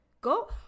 Go